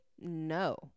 no